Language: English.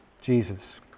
Jesus